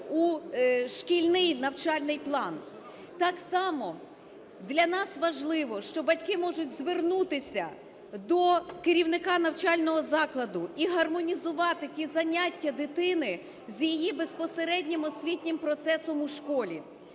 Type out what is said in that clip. у шкільний навчальний план. Так само для нас важливо, що батьки можуть звернутися до керівника навчального закладу і гармонізувати ті заняття дитини з її безпосереднім освітнім процесом у школі.